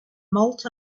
malt